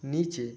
নিচে